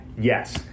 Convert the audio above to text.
Yes